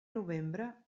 novembre